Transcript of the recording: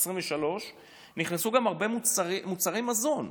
2023 ייכנסו גם הרבה מוצרים מוצרי מזון.